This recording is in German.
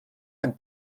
ein